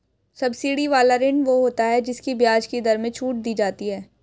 subsidy वाला ऋण वो होता है जिसकी ब्याज की दर में छूट दी जाती है